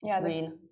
green